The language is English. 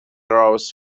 rows